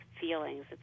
feelings